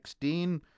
16